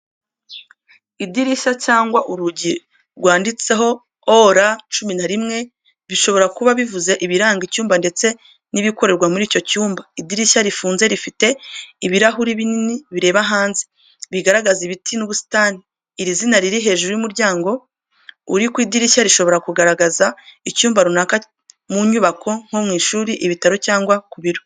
Idirishya cyangwa urugi rwanditseho OR11, bishobora kuba bivuze ibiranga icyumba ndetse nibikorerwa muri icyo cyumba. Idirishya rifunze rifite ibirahuri binini bireba hanze, bigaragaza ibiti n’ubusitani. Iri zina riri hejuru y’umuryango uri ku idirishya rishobora kugaragaza icyumba runaka mu nyubako nko mu ishuri, ibitaro, cyangwa ku biro.